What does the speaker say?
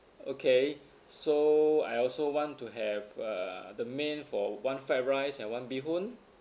okay so I also want to have uh the main for one fried rice and one bee hoon